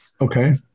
Okay